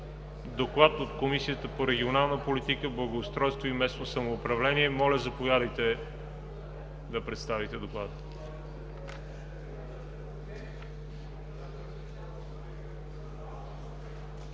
доклад на Комисията по регионална политика и местно самоуправление. Моля, заповядайте да представите доклада.